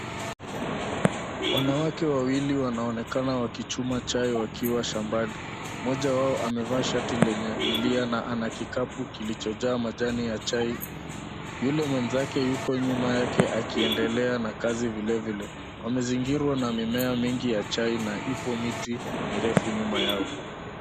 Wanawake wawili wanaonekana wakichuma chai wakiwa shambani. Moja wao amevaa shati lenye milia na ana kikapu kilichojaa majani ya chai. Yule mwenzake yuko nyuma yake akiendelea na kazi vilevile. Wamezingirwa na mimea mingi ya chai na ipo miti mirefu nyuma yao.